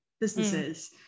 businesses